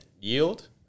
yield